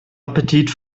appetit